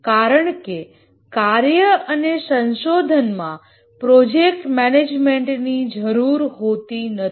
કારણકે કાર્ય અને સંશોધનમાં પ્રોજેક્ટ મેનેજમેન્ટ ની જરૂર હોતી નથી